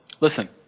Listen